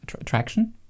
attraction